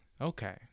Okay